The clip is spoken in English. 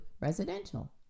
residential